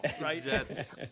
right